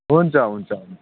हुन्छ हुन्छ